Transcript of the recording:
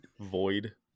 void